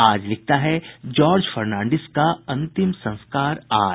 आज लिखता है जॉर्ज फर्नांडिस का अंतिम संस्कार आज